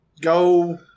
go